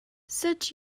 such